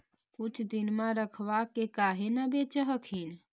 कुछ दिनमा रखबा के काहे न बेच हखिन?